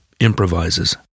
improvises